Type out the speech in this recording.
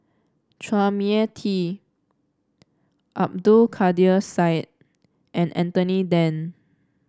Chua Mia Tee Abdul Kadir Syed and Anthony Then